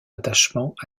attachement